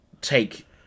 take